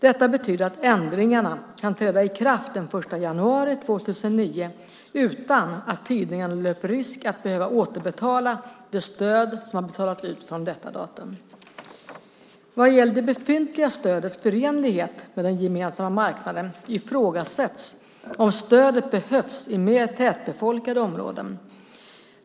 Detta betyder att ändringarna kan träda i kraft den 1 januari 2009 utan att tidningarna löper risk att behöva återbetala det stöd som har betalats ut från detta datum. Vad gäller det befintliga stödets förenlighet med den gemensamma marknaden ifrågasätts om stödet behövs i mer tätbefolkade områden.